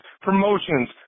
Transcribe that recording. promotions